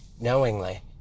knowingly